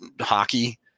hockey